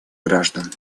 граждан